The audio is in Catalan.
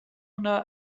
una